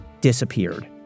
disappeared